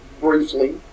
briefly